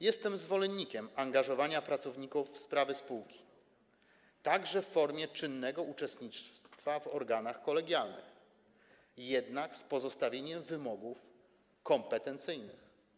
Jestem zwolennikiem angażowania pracowników w sprawy spółki, także w formie czynnego uczestnictwa w organach kolegialnych, jednak z pozostawieniem wymogów kompetencyjnych.